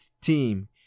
team